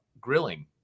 grilling